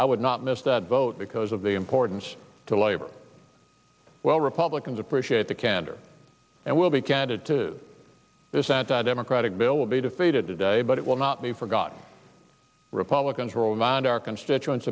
i would not miss that vote because of the importance to labor well republicans appreciate the candor and will be candid to this anti democratic bill will be defeated today but it will not be forgotten republicans rove and our constituents